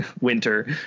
winter